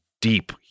deep